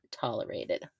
tolerated